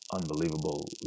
unbelievable